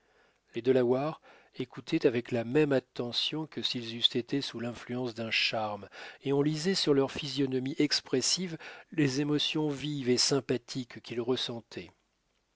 les delawares écoutaient avec la même attention que s'ils eussent été sous l'influence d'un charme et on lisait sur leurs physionomies expressives les émotions vives et sympathiques qu'ils ressentaient